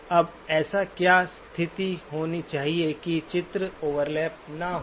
अब ऐसी क्या स्थिति होनी चाहिए कि चित्र ओवरलैप न हों